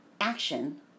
action